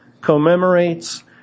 commemorates